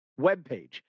webpage